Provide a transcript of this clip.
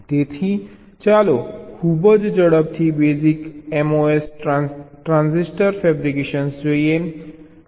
તેથી ચાલો ખૂબ જ ઝડપથી બેઝિક MOS ટ્રાન્સિસ્ટર ફેબ્રિકેશન જોઈએ